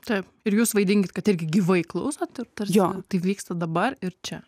taip ir jūs vaidinkit kad irgi gyvai klausot ir jo vyksta dabar ir čia